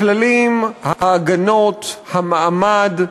הכללים, ההגנות, המעמד,